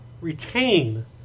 retain